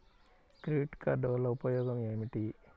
Credit card వల్ల ఉపయోగం ఏమిటీ?